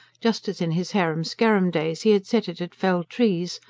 just as in his harum-scarum days he had set it at felled trees,